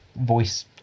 voice